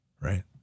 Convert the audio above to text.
right